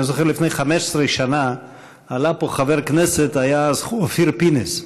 אני זוכר שלפני 15 שנה עלה פה חבר הכנסת אופיר פינס.